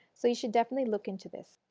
so you should definitely look into this.